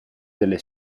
delle